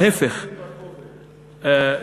להפך,